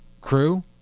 crew